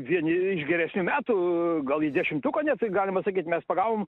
vieni iš geresnių metų gal į dešimtuką net galima sakyt mes pagavom